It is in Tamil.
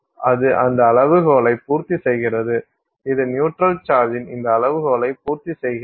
அது அந்த அளவுகோல்களை பூர்த்தி செய்கிறது இது நியூட்ரல் சார்ஜின் இந்த அளவுகோல்களை பூர்த்தி செய்கிறது